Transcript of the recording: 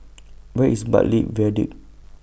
Where IS Bartley Viaduct